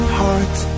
heart